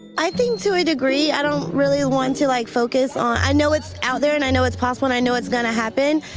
i think to a degree. i don't really want to, like, focus on i know it's out there, and i know it's possible, and i know it's going to happen,